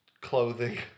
clothing